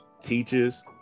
teachers